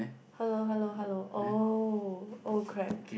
hello hello hello oh oh crap